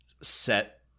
set